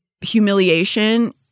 humiliation